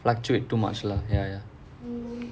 fluctuate too much lah ya ya